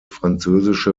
französische